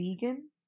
vegan